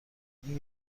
این